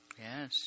Yes